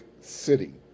city